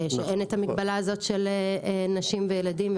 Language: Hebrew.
שאין את המגבלה הזאת של נשים וילדים.